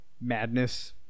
madness